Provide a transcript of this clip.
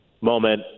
moment